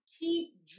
keep